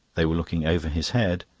they were looking over his head,